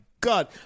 God